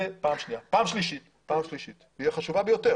הדבר השלישי וזה הדבר החשוב ביותר.